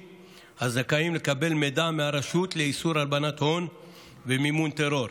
הזכאים לקבל מידע מהרשות לאיסור הלבנת הון ומימון טרור,